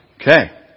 Okay